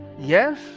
yes